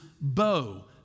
bow